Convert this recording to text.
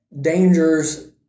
dangers